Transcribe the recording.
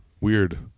Weird